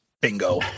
Bingo